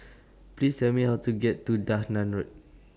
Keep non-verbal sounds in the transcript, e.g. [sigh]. Please Tell Me How to get to Dahan Road [noise]